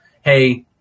hey